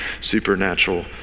supernatural